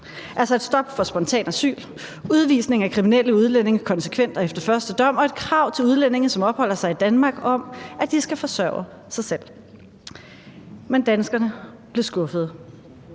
Et stop for spontant asyl, udvisning af kriminelle udlændinge konsekvent og efter første dom og et krav til udlændinge, som opholder sig i Danmark, om, at de skal forsørge sig selv. Men danskerne blev skuffede.